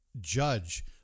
judge